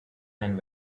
and